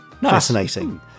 Fascinating